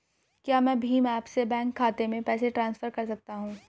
क्या मैं भीम ऐप से बैंक खाते में पैसे ट्रांसफर कर सकता हूँ?